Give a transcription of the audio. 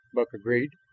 buck agreed.